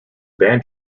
band